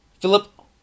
Philip